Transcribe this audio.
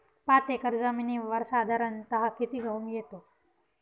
पाच एकर जमिनीवर साधारणत: किती गहू येतो?